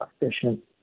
efficient